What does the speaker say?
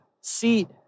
seat